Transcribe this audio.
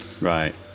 right